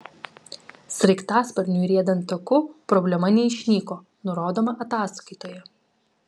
sraigtasparniui riedant taku problema neišnyko nurodoma ataskaitoje